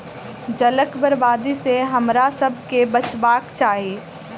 जलक बर्बादी सॅ हमरासभ के बचबाक चाही